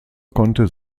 konnte